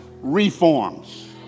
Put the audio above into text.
Reforms